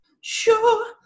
sure